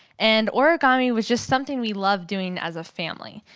and origami was just something we loved doing as a family.